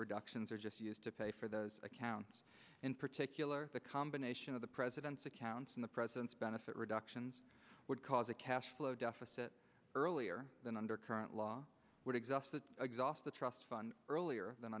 reductions are just used to pay for those accounts in particular the combination of the president's accounts and the president's benefit reductions would cause a cash flow deficit earlier than under current law would exhaust the exhaust the trust fund earlier than